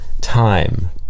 time